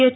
H